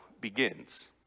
begins